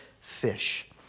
fish